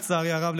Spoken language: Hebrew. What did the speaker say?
לצערי הרב,